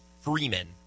Freeman